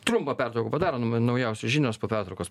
trumpą pertrauką padarom naujausios žinios po pertraukos